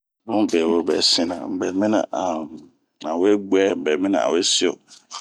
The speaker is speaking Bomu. Bun be wo bɛ sina ,un bɛmina an we guɛ ,un bɛ mina an we sio.